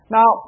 Now